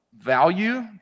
value